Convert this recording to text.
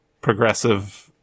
progressive